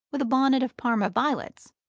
with a bonnet of parma violets,